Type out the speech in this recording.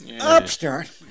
Upstart